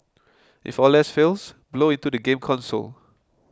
if all less fails blow into the game console